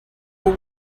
will